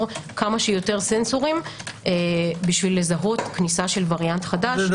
כמה שיותר סנסורים בשביל לזהות כניסת וריאנט חדש.